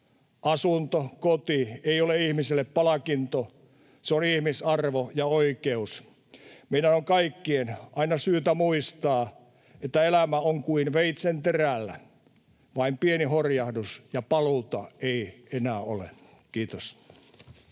Asunto, koti, ei ole ihmiselle palkinto, se on ihmisarvo ja -oikeus. Meidän on kaikkien aina syytä muistaa, että elämä on kuin veitsenterällä: vain pieni horjahdus, ja paluuta ei enää ole. — Kiitos.